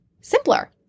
simpler